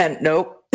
nope